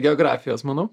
geografijos manau